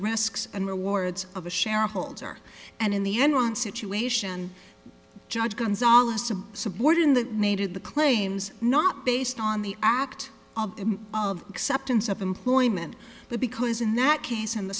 risks and rewards of a shareholder and in the enron situation judge gonzales a subordinate made the claims not based on the act of acceptance of employment but because in that case in the